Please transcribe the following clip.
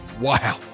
Wow